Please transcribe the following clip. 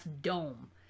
dome